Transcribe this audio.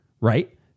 Right